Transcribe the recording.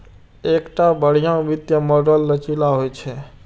एकटा बढ़िया वित्तीय मॉडल लचीला होइ छै